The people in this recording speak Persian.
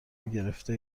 گرفته